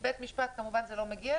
לבית המשפט כמובן זה לא מגיע,